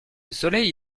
soleil